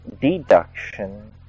deduction